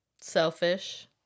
Selfish